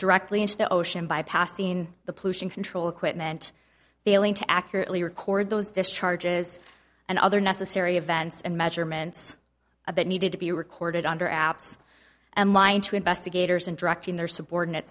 directly into the ocean bypassing the pollution control equipment failing to accurately record those discharges and other necessary events and measurements of that needed to be recorded under apps and lying to investigators and directing their subordinate